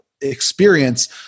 experience